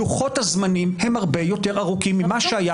לוחות הזמנים הם הרבה יותר ארוכים ממה שהיה